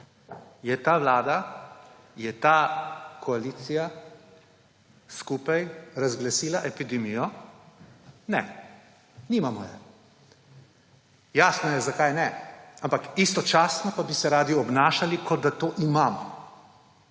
Je ta vlada, je ta koalicija skupaj razglasila epidemijo? Ne, nimamo je. Jasno je, zakaj ne. Ampak istočasno pa bi se radi obnašali, kot da to imamo.